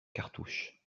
cartouche